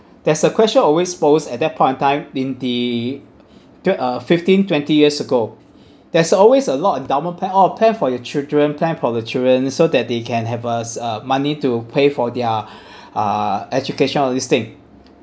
there's a question always post at that point of time in the two uh fifteen twenty years ago there's always a lot endowment plan oh plan for your children plan for the children so that they can have us uh money to pay for their uh education all this thing